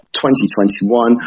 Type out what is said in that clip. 2021